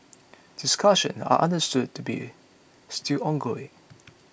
discussions are understood to be still ongoing